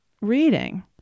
reading